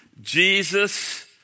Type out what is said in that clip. Jesus